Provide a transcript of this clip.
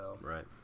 Right